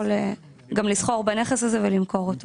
יכול גם לסחור בנכס הזה ולמכור אותו.